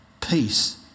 peace